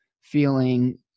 feeling